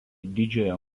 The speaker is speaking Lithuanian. didžiojo